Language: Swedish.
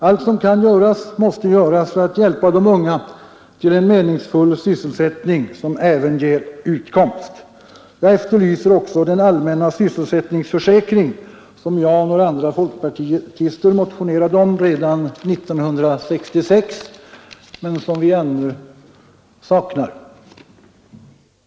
Allt som kan göras måste göras för att älpa de unga till en meningsfull sysselsättning som även ger utkomst. Jag efterlyser också den allmänna sysselsättningsförsäkring som jag och några andra folkpartister motionerade om redan 1966 men som vi ännu saknar.